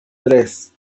tres